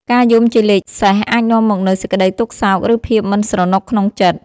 ការយំជាលេខសេសអាចនាំមកនូវសេចក្តីទុក្ខសោក ឬភាពមិនស្រណុកក្នុងចិត្ត។